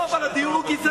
לא, אבל הדיון הוא גזעני.